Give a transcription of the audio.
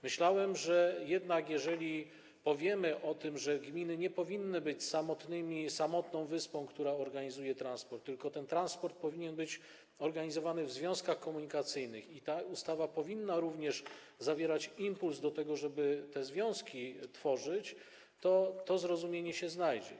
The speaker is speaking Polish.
Myślałem, że jeżeli powiemy o tym, że gminy nie powinny być samotnymi wyspami, które organizują transport, tylko ten transport powinien być organizowany w związkach komunikacyjnych i ta ustawa powinna również zawierać impuls do tego, żeby te związki tworzyć, to to zrozumienie się znajdzie.